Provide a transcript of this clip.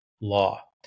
law